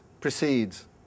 precedes